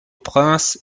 prince